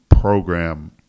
program